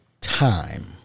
time